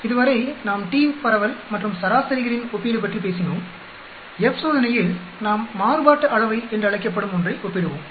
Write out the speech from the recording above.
இதுவரை நாம் t பரவல் மற்றும் சராசரிகளின் ஒப்பீடு பற்றி பேசினோம் F சோதனையில் நாம் மாறுபாட்டு அளவை என்றழைக்கப்படும் ஒன்றை ஒப்பிடுவோம்